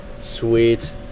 Sweet